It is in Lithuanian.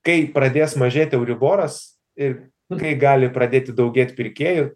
kai pradės mažėti euriboras ir kai gali pradėti daugėt pirkėjų